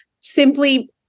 simply